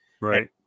right